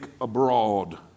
abroad